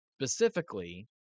Specifically